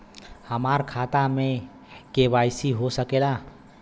हमार खाता में के.वाइ.सी हो सकेला?